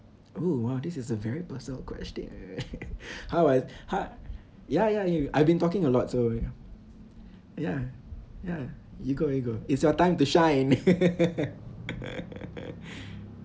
oo !wah! this is a very personal question how I how ya ya I've been talking a lot so ya ya you go you go it's your time to shine